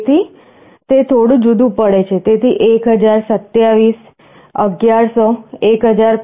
તેથી તે થોડું જુદું પડે છે તેથી 1027 1100 1095